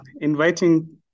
inviting